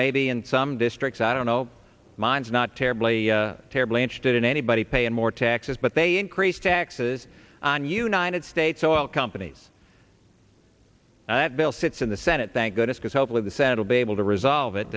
maybe in some districts i don't know mine's not terribly terribly interested in anybody paying more taxes but they increase taxes on united states oil companies and that bill sits in the senate thank goodness because hopefully the saddle be able to resolve it